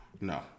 no